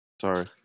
Sorry